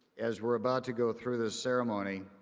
as we are about to go through the ceremony,